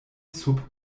sub